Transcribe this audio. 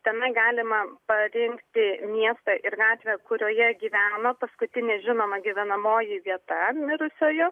tenai galima parinkti miestą ir gatvę kurioje gyveno paskutinė žinoma gyvenamoji vieta mirusiojo